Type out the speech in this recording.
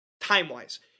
time-wise